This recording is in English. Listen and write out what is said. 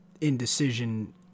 indecision